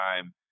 time